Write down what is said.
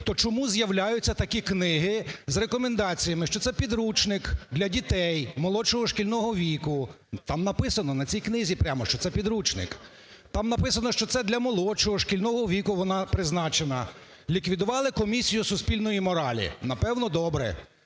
То чому з'являються такі книги з рекомендаціями, що це підручник для дітей молодшого шкільного віку? Там написано, на цій книзі, прямо, що це підручник. Там написано, що це для молодшого шкільного віку вона призначена. Ліквідували комісію суспільної моралі. Напевно, добре.